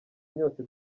imyotsi